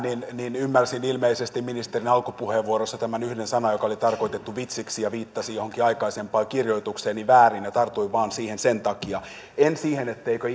niin ymmärsin ilmeisesti ministerin alkupuheenvuorossa tämän yhden sanan joka oli tarkoitettu vitsiksi ja viittasi johonkin aikaisempaan kirjoitukseeni väärin ja tartuin siihen vain sen takia en siksi etteikö